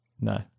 no